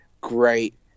great